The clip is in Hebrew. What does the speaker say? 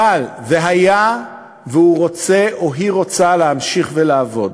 אבל היה והוא רוצה או היא רוצה להמשיך לעבוד,